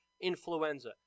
influenza